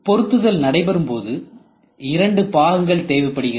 பொருத்துதல் நடைபெறும்போது இரண்டு பாகங்கள் தேவைப்படுகிறது